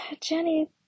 Jenny